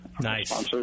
Nice